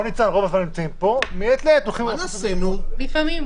מעת לעת הולכים --- חבל,